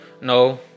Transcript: No